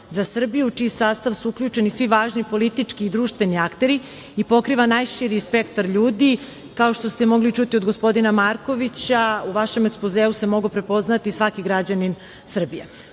za Srbiju u čiji sastav su uključeni svi važni politički i društveni akteri i pokriva najširi spektar ljudi. Kao to ste mogli čuti od gospodina Markovića, u vašem ekspozeu se mogao prepoznati svaki građanin Srbije. Druga